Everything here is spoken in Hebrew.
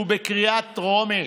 שהוא בקריאה טרומית.